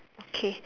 okay